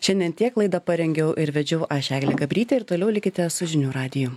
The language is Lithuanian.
šiandien tiek laidą parengiau ir vedžiau aš eglė gabrytė ir toliau likite su žinių radiju